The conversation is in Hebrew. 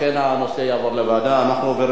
להעביר את הנושא לוועדה שתקבע ועדת הכנסת נתקבלה.